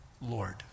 Lord